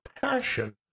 passion